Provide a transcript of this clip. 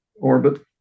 orbit